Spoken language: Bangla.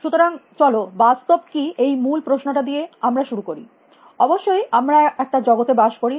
সুতরাং চলো বাস্তব কী এই মূল প্রশ্নটা নিয়ে আমরা শুরু করি অবশ্যই আমরা একটা জগতে বাস করি